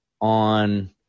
on –